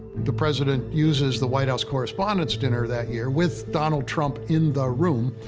the president uses the white house correspondents' dinner that year, with donald trump in the room,